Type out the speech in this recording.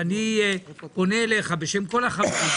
ואני פונה אליך בשם כל החברים,